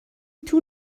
طول